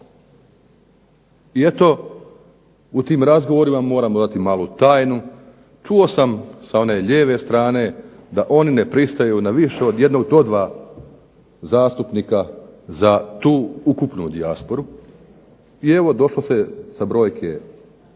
I eto u tim razgovorima moramo odati malu tajnu. Čuo sam sa one lijeve strane da oni ne pristaju na više od jednog do dva zastupnika za tu ukupnu dijasporu. I evo došlo se sa brojke pet